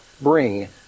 bring